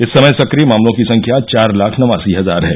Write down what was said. इस समय सक्रिय मामलों की संख्या चार लाख नवासी हजार है